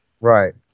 Right